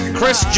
Chris